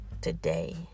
today